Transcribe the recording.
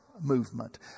Movement